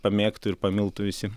pamėgtų ir pamiltų visi